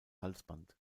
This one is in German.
halsband